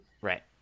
Right